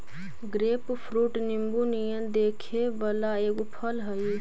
grapefruit नींबू नियन दिखे वला एगो फल हई